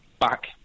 back